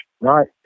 right